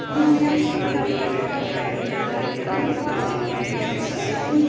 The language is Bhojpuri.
फेस्टीवल लोन लेवे खातिर आवेदन करे क बाद केतना दिन म पइसा आई?